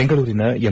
ಬೆಂಗಳೂರಿನ ಎಂ